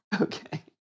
Okay